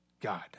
God